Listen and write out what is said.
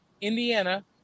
Indiana